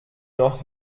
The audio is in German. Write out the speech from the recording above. noch